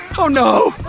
oh no!